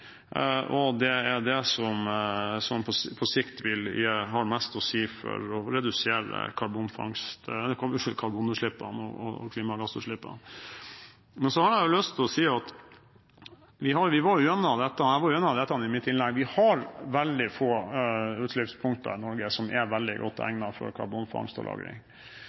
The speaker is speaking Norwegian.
og det er det som på sikt har mest å si for å redusere karbonutslippene og klimagassutslippene. Jeg var gjennom dette i mitt innlegg. Vi har veldig få utslippspunkter i Norge som er veldig godt egnet for karbonfangst og -lagring. Det er ingen tvil om at ved en framtidig utbygging av rikgassfeltene på norsk sokkel, så er